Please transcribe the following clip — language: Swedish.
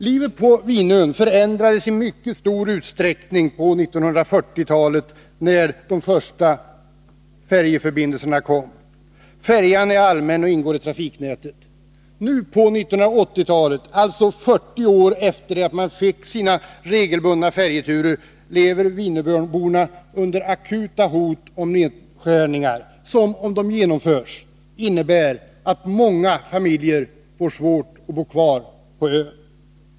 Livet på Vinön förändrades i mycket hög grad på 1940-talet, när de första färjeförbindelserna inrättades. Färjan är allmän och ingår i trafiknätet. Nu på 1980-talet, alltså 40 år efter det att man fick regelbundna färjeturer, lever vinöborna under akuta hot om nedskärningar som, om de genomförs, innebär att många familjer får svårt att bo kvar på ön.